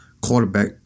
quarterback